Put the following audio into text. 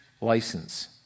license